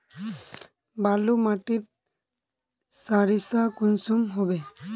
बालू माटित सारीसा कुंसम होबे?